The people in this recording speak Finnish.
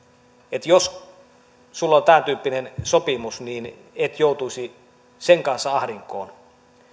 että jos on tämäntyyppinen sopimus niin ei joutuisi sen kanssa ahdinkoon